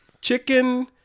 chicken